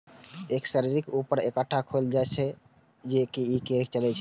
एकर शरीरक ऊपर एकटा खोल होइ छै आ ई रेंग के चलै छै